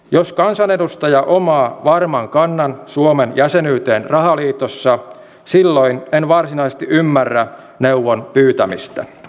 jos kansanedustaja omaa varman kannan suomen jäsenyyteen rahaliitossa silloin en varsinaisesti ymmärrä neuvon pyytämistä